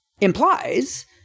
implies